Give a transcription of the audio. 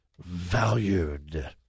valued